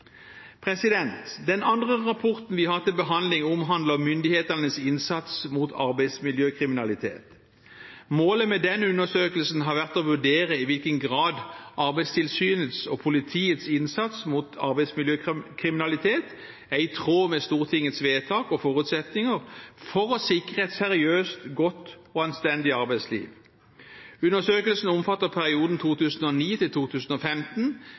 Den andre rapporten vi har til behandling, omhandler myndighetenes innsats mot arbeidsmiljøkriminalitet. Målet med den undersøkelsen har vært å vurdere i hvilken grad Arbeidstilsynets og politiets innsats mot arbeidsmiljøkriminalitet er i tråd med Stortingets vedtak og forutsetninger for å sikre et seriøst, godt og anstendig arbeidsliv. Undersøkelsen omfatter perioden 2009–2015, med hovedvekt på årene 2014 og 2015.